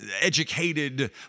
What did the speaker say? Educated